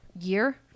year